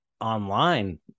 online